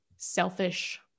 selfish